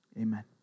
Amen